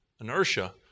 inertia